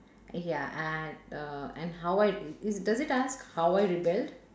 ya and err and how I i~ does it ask how I rebelled